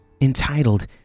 entitled